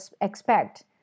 expect